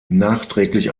nachträglich